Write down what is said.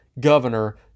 governor